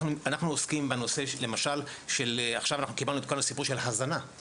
אנחנו עוסקים בנושא למשל של עכשיו אנחנו קיבלנו את כל הסיפור של הזנה,